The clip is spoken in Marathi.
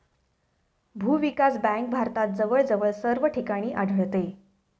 भूविकास बँक भारतात जवळजवळ सर्व ठिकाणी आढळते